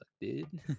dude